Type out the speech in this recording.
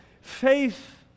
faith